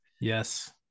Yes